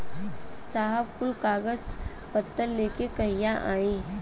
साहब कुल कागज पतर लेके कहिया आई?